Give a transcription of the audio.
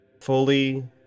fully